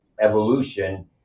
evolution